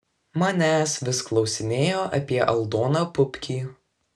manęs vis klausinėjo apie aldoną pupkį